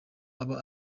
aba